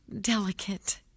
delicate